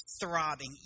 throbbing